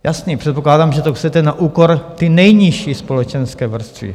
Jasně, předpokládám, že to chcete na úkor té nejnižší společenské vrstvy.